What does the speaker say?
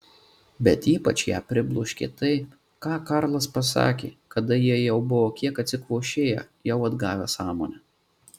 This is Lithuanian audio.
bet ypač ją pribloškė tai ką karlas pasakė kada jie jau buvo kiek atsikvošėję jau atgavę sąmonę